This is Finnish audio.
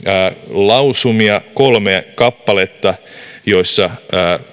lausumia kolme kappaletta joissa